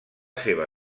seva